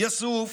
יאסוף